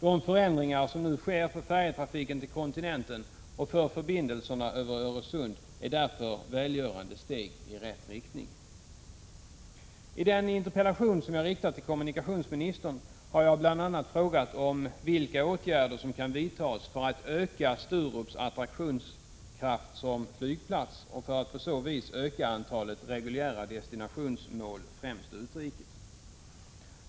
De förändringar som nu sker, för färjetrafiken till kontinenten och för förbindelserna över Öresund, är därför välgörande steg i rätt riktning. I den interpellation som jag riktat till kommunikationsministern har jag bl.a. frågat vilka åtgärder som kan vidtas för att öka Sturups attraktionskraft som flygplats och för att på så vis öka antalet reguljära destinationsmål, främst utrikes.